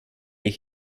ich